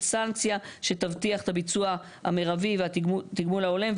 סנקציה שתבטיח את הביצוע המירבי והתגמול ההולם,